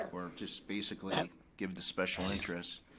or just basically give the special interests.